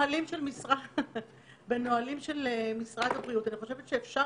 בנהלים של משרד הבריאות אני חושבת שאפשר